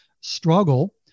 struggle